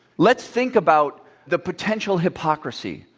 let's think about the potential hypocrisy.